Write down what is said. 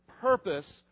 purpose